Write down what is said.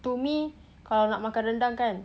to me kalau nak makan rendang kan